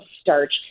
starch